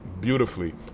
beautifully